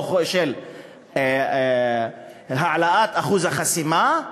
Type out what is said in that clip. או של העלאת אחוז החסימה,